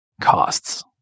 costs